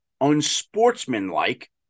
Unsportsmanlike